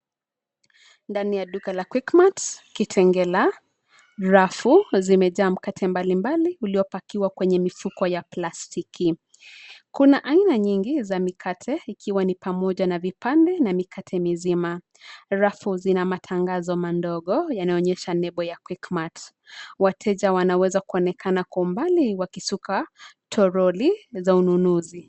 Ndani ya duka la Quickmart, Kitengela, rafu zimejaa mkate mbalimbali uliopakiwa kwenye mifuko ya plastiki. Kuna aina nyingi za mikate ikiwa ni pamoja na vipande na mikate mizima. Rafu zina matangazo madogo yanaonyesha nebo ya Quickmart. Wateja wanaweza kuonekana kwa umbali wakisuka toroli za ununuzi.